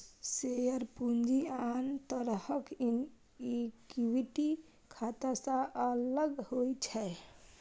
share पूंजी आन तरहक इक्विटी खाता सं अलग होइ छै